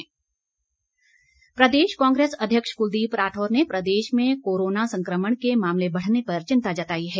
राठौर प्रदेश कांग्रेस अध्यक्ष कुलदीप राठौर ने प्रदेश में कोरोना संकमण के मामले बढ़ने पर चिंता जताई है